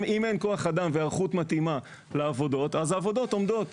אם אין כוח אדם והיערכות מתאימה לעבודות אז העבודות עומדות.